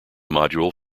module